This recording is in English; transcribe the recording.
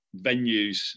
venues